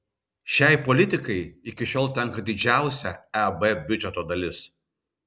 šiai politikai iki šiol tenka didžiausia eb biudžeto dalis